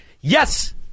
Yes